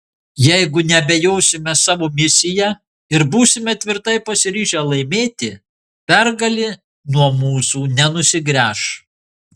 jeigu neabejosime savo misija ir būsime tvirtai pasiryžę laimėti pergalė nuo mūsų nenusigręš